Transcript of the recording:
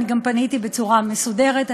אני גם פניתי בצורה מסודרת,